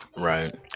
Right